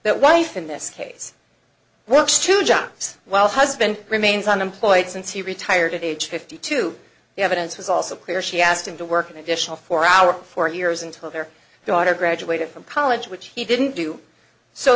that wife in this case works two jobs while husband remains on employed since he retired at age fifty two the evidence was also clear she asked him to work an additional four hours four years until their daughter graduated from college which he didn't do so